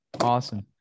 Awesome